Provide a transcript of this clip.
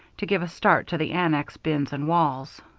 to give a start to the annex bins and walls.